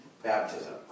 Baptism